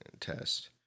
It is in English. test